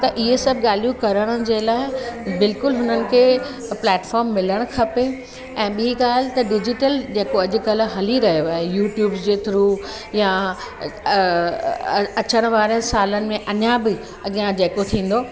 त इहे सभु ॻाल्हियूं करण जे लाइ बिल्कुलु हुननि खे प्लेटफ़ॉर्म मिलणु खपे ऐं ॿीं ॻाल्हि त डिजिटल जेको अॼुकल्ह हली रहियो आहे यूट्यूब्स जे थ्रू या अचण वारे सालनि में अञा बि अॻियां जेको थींदो